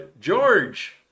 george